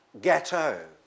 ghetto